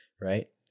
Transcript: right